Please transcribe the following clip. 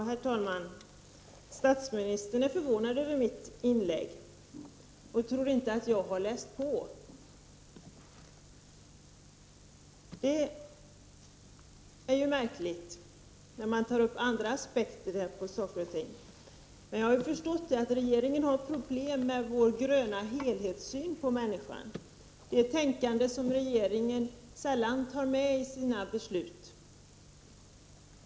Herr talman! Statsministern är förvånad över mitt inlägg, och han tror inte att jag har läst på. Det är märkligt att få höra detta när man tar upp andra aspekter på saker och ting. Jag har insett att regeringen har problem med att förstå vår gröna helhetssyn på människan. Det är en sorts tänkande som regeringen sällan tar med i sina beslut.